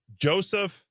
Joseph